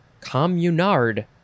Communard